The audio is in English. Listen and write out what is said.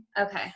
Okay